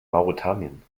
mauretanien